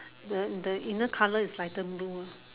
the the inner colour is lighter blue